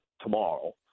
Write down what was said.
tomorrow